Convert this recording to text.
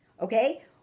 okay